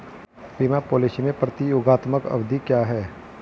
बीमा पॉलिसी में प्रतियोगात्मक अवधि क्या है?